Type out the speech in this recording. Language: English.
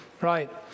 Right